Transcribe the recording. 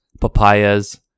papayas